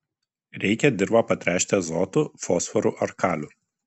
reikia dirvą patręšti azotu fosforu ar kaliu